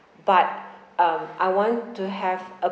but um I want to have a